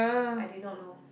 I did not know